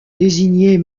désigner